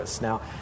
Now